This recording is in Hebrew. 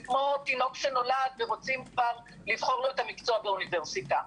זה כמו תינוק שנולד ורוצים כבר לבחור לו מקצוע באוניברסיטה.